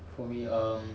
for me um